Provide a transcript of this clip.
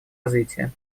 развития